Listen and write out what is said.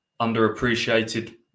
underappreciated